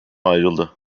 ayrıldı